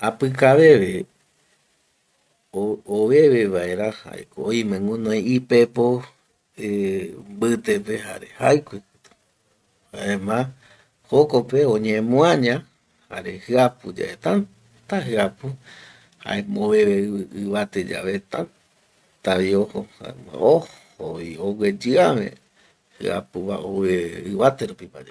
Apikaveve oveve vaera jaeko oime guinoi ipepo eh mbitepe jare jaikue jaema jokope oñemuaña jare jiapu yae täta jiapu jare oveve ivate yave tätavi ojo jaema ojovi ogueyiäve jiapuva oveve ivate rupima yae